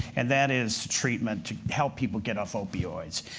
and that is treatment to help people get off opioids.